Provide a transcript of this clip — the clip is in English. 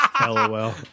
LOL